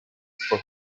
for